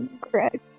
Greg